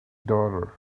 daughter